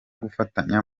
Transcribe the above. gufatanya